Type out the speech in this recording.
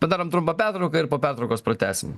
padarom trumpą pertrauką ir po pertraukos pratęsim